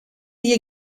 hjir